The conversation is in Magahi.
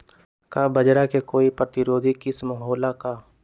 का बाजरा के कोई प्रतिरोधी किस्म हो ला का?